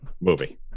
Movie